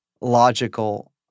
logical –